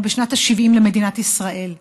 אנחנו בשנת ה-70 למדינת ישראל.